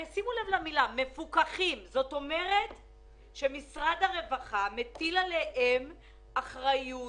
מעונות מפוקחים אומר שמשרד הרווחה מטיל עליהם אחריות,